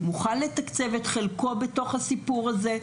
הוא מוכן לתקצב את חלקו בתוך הסיפור הזה,